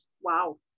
Wow